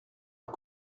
aux